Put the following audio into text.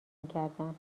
میکردن